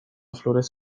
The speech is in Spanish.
flores